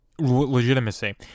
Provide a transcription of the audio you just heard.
legitimacy